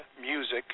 music